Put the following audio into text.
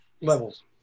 levels